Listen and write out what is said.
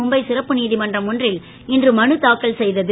மும்பை சிறப்பு நீதிமன்றம் ஒன்றில் இன்று மனு தாக்கல் செய்தது